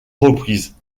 reprises